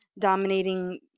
dominating